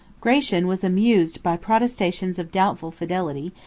gratian was amused by protestations of doubtful fidelity,